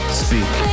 speak